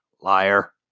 Liar